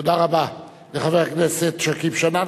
תודה רבה לחבר הכנסת שכיב שנאן.